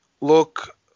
Look